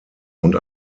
und